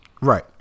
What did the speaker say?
Right